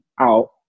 out